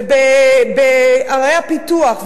ובערי הפיתוח,